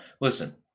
Listen